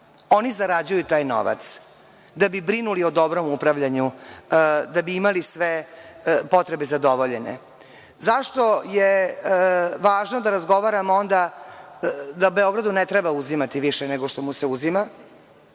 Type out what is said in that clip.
oni zarađuju taj novac, da bi brinuli o dobrom upravljanju, da bi imali sve potrebe zadovoljene.Zašto je važno da razgovaramo onda da Beogradu ne treba uzimati više nego što mu se uzima?